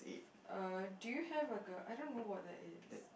uh do you have a girl I don't know what that is